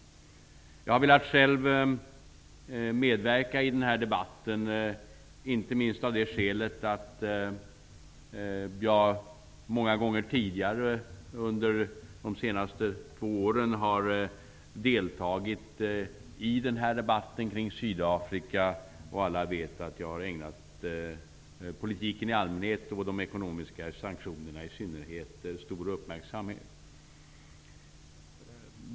Jag har velat medverka i denna debatt inte minst av det skälet att jag många gånger under de senaste två åren har deltagit i debatten kring Sydafrika. Alla vet att jag har ägnat politiken i allmänhet och de ekonomiska sanktionerna i synnerhet stor uppmärksamhet.